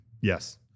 Yes